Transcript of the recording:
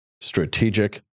strategic